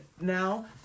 now